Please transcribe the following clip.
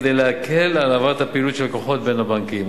כדי להקל על העברת הפעילות של לקוחות בין הבנקים